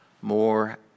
more